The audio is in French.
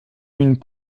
une